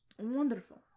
Wonderful